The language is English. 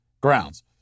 grounds